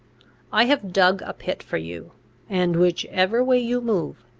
i have dug a pit for you and, whichever way you move,